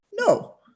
No